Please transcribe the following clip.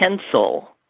pencil